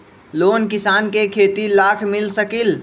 Loan किसान के खेती लाख मिल सकील?